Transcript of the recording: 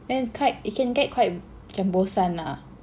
then it's quite it can get quite macam bosan lah